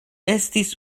estis